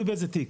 תלוי באיזה תיק,